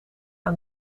aan